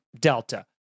Delta